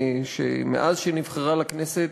מאז שנבחרה לכנסת,